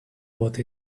what